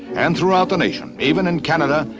and throughout the nation, even in canada,